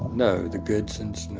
no. the goodsons? no